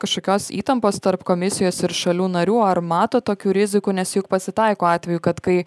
kažkokios įtampos tarp komisijos ir šalių narių ar matot tokių rizikų nes juk pasitaiko atvejų kad kai